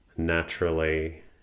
Naturally